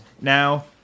Now